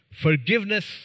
Forgiveness